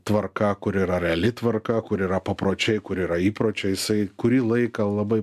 tvarka kur yra reali tvarka kur yra papročiai kur yra įpročiai jisai kurį laiką labai